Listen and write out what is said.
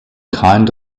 kind